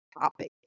topic